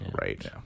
right